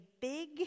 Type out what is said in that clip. big